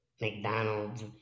McDonald's